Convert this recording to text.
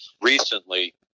recently